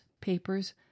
papers